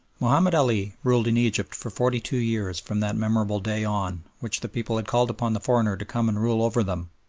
mahomed ali ruled in egypt for forty-two years from that memorable day on which the people had called upon the foreigner to come and rule over them,